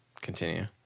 continue